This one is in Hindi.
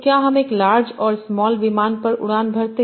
तो क्याहम एक लार्ज और स्माल विमान पर उड़ानभरते